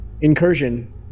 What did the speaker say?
incursion